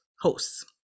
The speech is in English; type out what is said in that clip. hosts